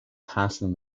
passing